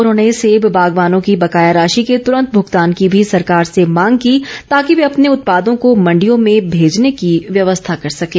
उन्होंने सेब बागवानों की बकाया राशि के तुरंत भुगतान की भी सरकार से मांग की ताकि वे अपने उत्पादों को मंडियों में भेजने की व्यवस्था कर सकें